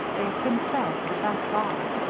they've been fed, but that's all.